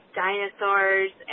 dinosaurs